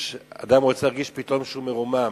אדם רוצה להרגיש פתאום שהוא מרומם,